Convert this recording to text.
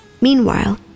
Meanwhile